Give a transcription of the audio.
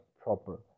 proper